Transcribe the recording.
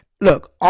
look